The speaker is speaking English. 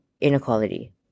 inequality